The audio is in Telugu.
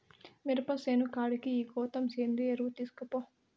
మిరప సేను కాడికి ఈ గోతం సేంద్రియ ఎరువు తీస్కపో